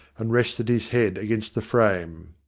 and rested his head against the frame.